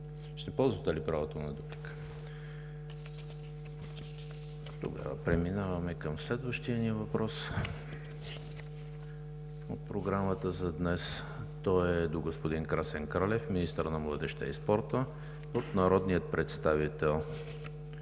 ще ползвате ли правото на дуплика? Не. Преминаваме към следващия ни въпрос от програмата за днес. Той е до господин Красен Кралев – министър на младежта и спорта, от народния представител